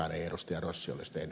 koskaan ei ed